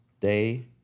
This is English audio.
day